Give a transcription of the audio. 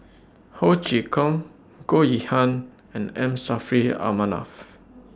Ho Chee Kong Goh Yihan and M Saffri A Manaf